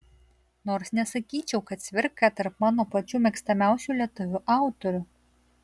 nors nesakyčiau kad cvirka tarp mano pačių mėgstamiausių lietuvių autorių